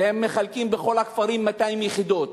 והם מחלקים בכל הכפרים 200 יחידות.